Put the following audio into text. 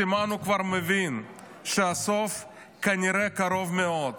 סימן שהוא כבר מבין שהסוף כנראה קרוב מאוד.